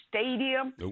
Stadium